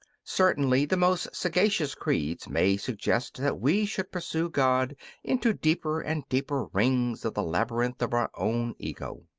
certainly the most sagacious creeds may suggest that we should pursue god into deeper and deeper rings of the labyrinth of our own ego.